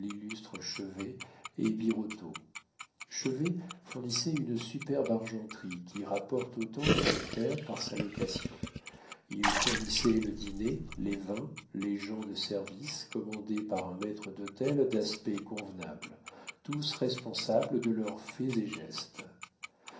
l'illustre chevet et birotteau chevet fournissait une superbe argenterie qui rapporte autant qu'une terre par sa location il fournissait le dîner les vins les gens de service commandés par un maître dhôtel d'aspect convenable tous responsables de leurs faits et gestes